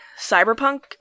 Cyberpunk